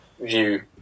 view